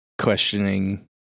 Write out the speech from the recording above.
questioning